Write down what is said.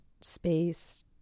space